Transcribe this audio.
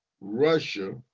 Russia